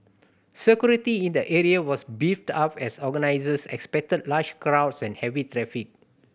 security in the area was beefed up as organisers expected large crowds and heavy traffic